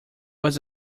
was